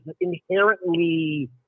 inherently